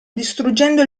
distruggendo